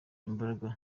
imbaraga